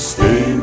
Stay